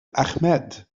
ahmed